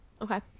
Okay